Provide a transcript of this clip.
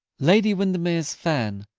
lady windermere's fan,